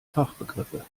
fachbegriffe